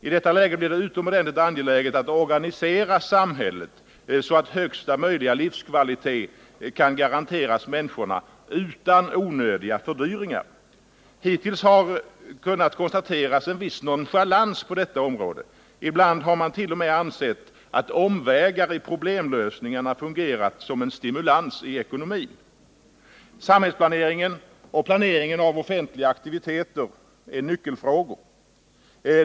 I detta läge blir det utomordentligt angeläget att organisera samhället så, att högsta möjliga livskvalitet kan garanteras människorna utan onödiga fördyringar. Hittills har det kunnat konstateras en viss nonchalans på detta område. Ibland har man t.o.m. ansett att omvägar i problemlösningarna fungerat som en stimulans i ekonomin. Samhällsplaneringen och planeringen av offentliga aktiviteter är nyckelfrågor.